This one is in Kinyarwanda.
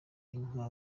inka